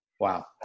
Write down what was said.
Wow